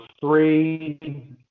three